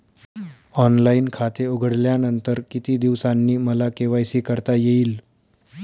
Online खाते उघडल्यानंतर किती दिवसांनी मला के.वाय.सी करता येईल?